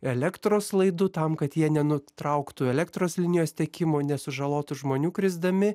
elektros laidų tam kad jie nenutrauktų elektros linijos tekimo nesužalotų žmonių krisdami